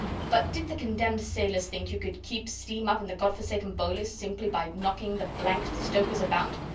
but did the condemned sailors think you could keep steam up in the god-forsaken boilers simply by knocking the blanked stokers about?